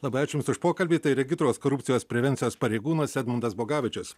labai ačiū jums už pokalbį tai regitros korupcijos prevencijos pareigūnas edmundas bogavičius